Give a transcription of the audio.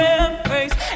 embrace